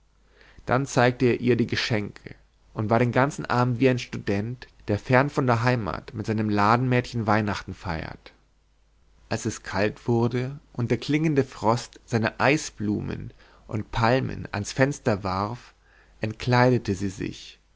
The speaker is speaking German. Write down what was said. dann zeigte er ihr die geschenke und war den ganzen abend wie ein student der fern von der heimat mit seinem ladenmädchen weihnachten feiert als es kalt wurde und der klingende frost seine eisblumen und palmen ans fenster warf entkleidete sie sich